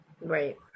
right